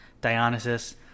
Dionysus